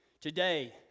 Today